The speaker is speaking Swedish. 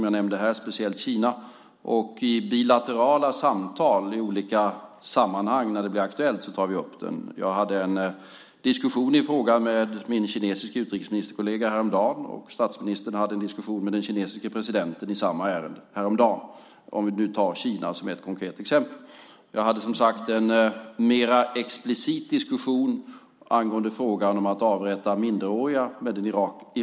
Jag nämnde speciellt Kina, och i bilaterala samtal tar vi i olika sammanhang när det blir aktuellt upp det. Jag hade en diskussion i frågan med min kinesiske utrikesministerkollega häromdagen, och statsministern hade en diskussion i samma ärende med den kinesiske presidenten, för att ta Kina som ett konkret exempel. När den iranske utrikesministern var här hade jag, som sagt, en mer explicit diskussion beträffande frågan om att avrätta minderåriga.